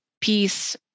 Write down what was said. peace